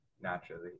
naturally